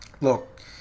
Look